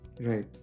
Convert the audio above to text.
Right